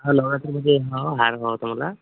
hello तुम्ही ते हा हार हवा होता मला